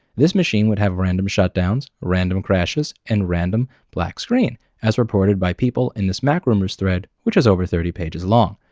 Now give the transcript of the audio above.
this machine would have random shutdowns, random crashes, and random black screens. as reported by people in this macrumors thread which is over thirty pages long.